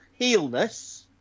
healness